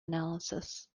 analysis